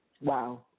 Wow